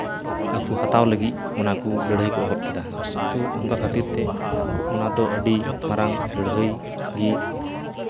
ᱟᱠᱚ ᱦᱟᱛᱟᱣ ᱞᱟᱹᱜᱤᱫ ᱚᱱᱟ ᱞᱟᱹᱲᱦᱟᱹᱭ ᱠᱚ ᱮᱦᱚᱵ ᱠᱮᱫᱟ ᱛᱚ ᱚᱝᱠᱟ ᱠᱷᱟᱹᱛᱤᱨ ᱛᱮ ᱚᱱᱟ ᱫᱚ ᱟᱹᱰᱤ ᱢᱟᱨᱟᱝ ᱞᱟᱹᱲᱦᱟᱹᱭ ᱜᱮ